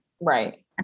Right